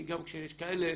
כי גם כשיש כאלה